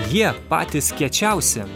jie patys kiečiausi